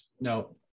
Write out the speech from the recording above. No